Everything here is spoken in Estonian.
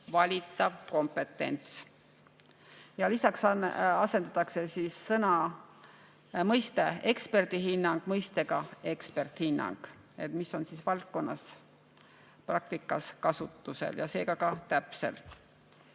valitav kompetents. Lisaks asendatakse mõiste "eksperdihinnang" mõistega "eksperthinnang", mis on valdkonnas praktikas kasutusel ja seega ka täpsem.